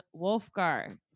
Wolfgar